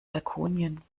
balkonien